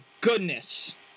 goodness